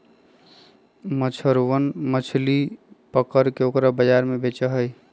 मछुरवन मछली पकड़ के ओकरा बाजार में बेचा हई